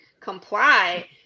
comply